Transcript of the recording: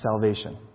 salvation